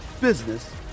business